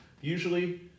usually